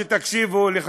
תקשיבו לי,